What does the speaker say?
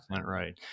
Right